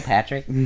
Patrick